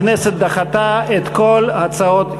הכנסת דחתה את כל הצעות האי-אמון.